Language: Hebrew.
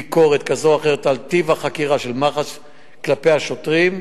ביקורת כזאת או אחרת על טיב החקירה של מח"ש כלפי השוטרים,